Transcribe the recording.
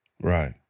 Right